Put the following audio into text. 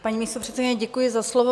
Paní místopředsedkyně, děkuji za slovo.